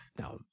Now